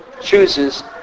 chooses